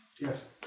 Yes